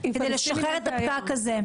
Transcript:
כדי לשחרר את הפקק הזה.